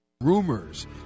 Rumors